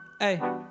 Hey